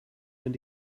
wenn